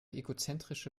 egozentrische